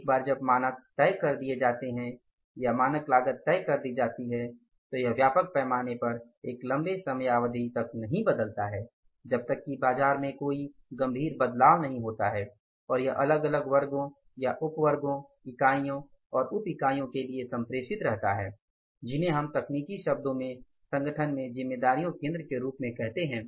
एक बार जब मानक तय कर दिए जाते हैं या मानक लागत तय कर दी जाती है तो यह व्यापक पैमाने पर एक लम्बे समयावधि तक नहीं बदलता है जब तक कि बाजार में कोई गंभीर बदलाव नहीं होता है और यह अलग अलग वर्गों या उप वर्गों इकाइयों और उप इकाइयों के लिए संप्रेषित रहता है जिन्हें हम तकनीकी शब्दों में संगठन में जिम्मेदारियों केंद्र के रूप में कहते हैं